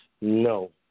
no